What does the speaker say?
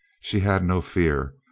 she had no fear.